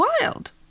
wild